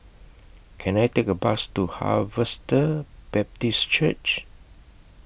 Can I Take A Bus to Harvester Baptist Church